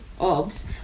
Obs